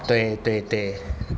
对对对